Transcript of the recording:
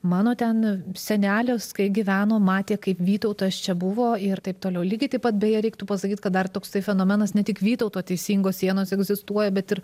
mano ten senelis kai gyveno matė kaip vytautas čia buvo ir taip toliau lygiai taip pat beje reiktų pasakyt kad dar toksai fenomenas ne tik vytauto teisingos sienos egzistuoja bet ir